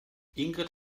ingrid